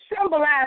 symbolize